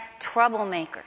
troublemakers